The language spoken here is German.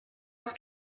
auf